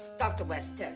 dr. west, and